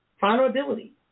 Vulnerability